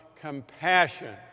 compassion